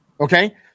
Okay